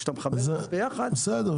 כשאתה מחבר את זה ביחד --- בסדר,